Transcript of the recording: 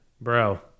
bro